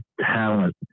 talent